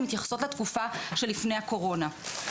מתייחסות לתקופה של לפני הקורונה.